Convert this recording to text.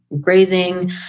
grazing